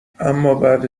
امابعد